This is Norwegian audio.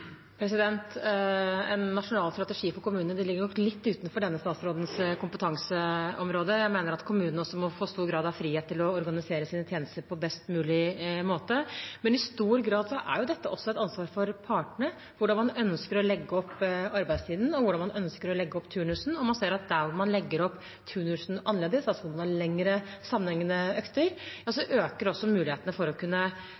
En nasjonal strategi for kommunene ligger nok litt utenfor denne statsrådens kompetanseområde. Jeg mener at kommunene også må få stor grad av frihet til å organisere sine tjenester på best mulig måte. Men i stor grad er dette også et ansvar for partene – hvordan man ønsker å legge opp arbeidstiden, og hvordan man ønsker å legge opp turnusen – og man ser at der hvor man legger opp turnusen annerledes, altså at man har lengre, sammenhengende økter,